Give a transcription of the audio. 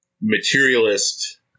materialist